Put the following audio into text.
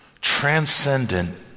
transcendent